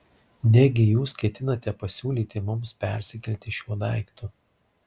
negi jūs ketinate pasiūlyti mums persikelti šiuo daiktu